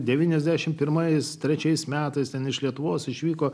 devyniasdešimt pirmais trečiais metais ten iš lietuvos išvyko